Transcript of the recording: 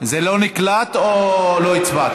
השר ישראל כץ, זה לא נקלט או לא הצבעת?